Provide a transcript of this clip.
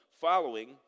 following